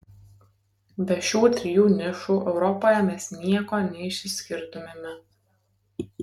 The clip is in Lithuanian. be šių trijų nišų europoje mes nieko neišsiskirtumėme